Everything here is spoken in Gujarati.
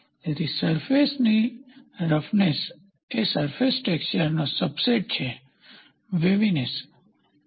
તેથી સરફેસની રફનેસ એ સરફેસ ટેક્સચરનો સબસેટ છે વેવીનેસ હા